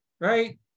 right